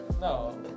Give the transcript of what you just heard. No